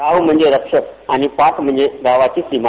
राव म्हणजे रक्षक आणि पाट म्हणजे गावाची सीमा